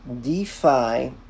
DeFi